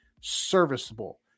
serviceable